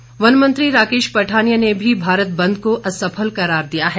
पठानिया वन मंत्री राकेश पठानिया ने भी भारत बंद को असफल करार दिया है